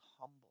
humble